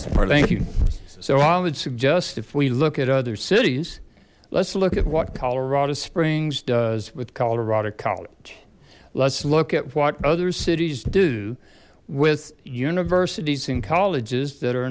you so i would suggest if we look at other cities let's look at what colorado springs does with colorado college let's look at what other cities do with universities and colleges that are